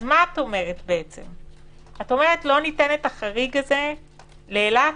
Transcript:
את אומרת: לא ניתן את החריג הזה לאילת?